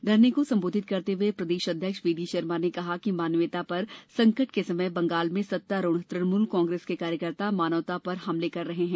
धरने को संबोधित करते हुए प्रदेश अध्यक्ष बीडी शर्मा ने कहा कि मानवीयता पर संकट के समय बंगाल में सत्तारूड तृणमुल कांग्रेस के कार्यकर्ता मानवता पर हमले कर रहे हैं